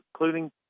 including